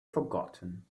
forgotten